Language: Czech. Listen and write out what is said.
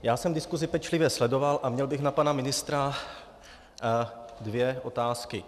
Já jsem diskuzi pečlivě sledoval a měl bych na pana ministra dvě otázky.